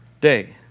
day